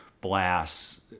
blasts